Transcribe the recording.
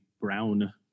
brown